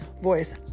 voice